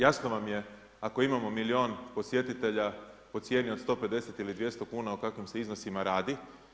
Jasno vam je ako imamo milijun posjetitelja po cijeni od 150 ili 200 kn o kakvim se iznosima radi.